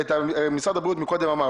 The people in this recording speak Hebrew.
משרד הבריאות קודם אמר.